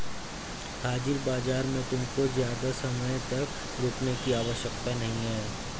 हाजिर बाजार में तुमको ज़्यादा समय तक रुकने की आवश्यकता नहीं है